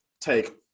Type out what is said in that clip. take